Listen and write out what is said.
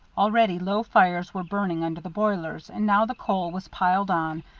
already low fires were burning under the boilers, and now the coal was piled on,